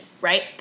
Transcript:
right